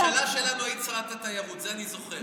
בממשלה שלנו היית שרת התיירות, את זה אני זוכר.